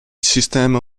sistema